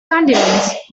condiments